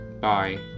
Bye